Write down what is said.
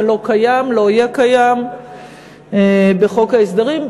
זה לא קיים ולא יהיה קיים בחוק ההסדרים.